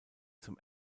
zum